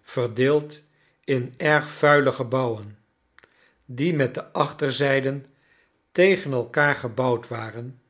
verdeeld in erg vuile gebouwen die met de achterzijden tegen elkaar gebouwd waren